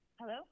hello